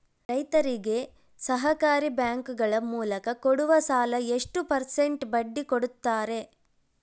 ರೈತರಿಗೆ ಸಹಕಾರಿ ಬ್ಯಾಂಕುಗಳ ಮೂಲಕ ಕೊಡುವ ಸಾಲ ಎಷ್ಟು ಪರ್ಸೆಂಟ್ ಬಡ್ಡಿ ಕೊಡುತ್ತಾರೆ?